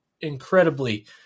incredibly